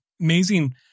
amazing